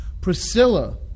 priscilla